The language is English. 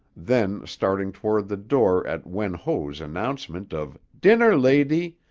then, starting toward the door at wen ho's announcement of dinner, lady,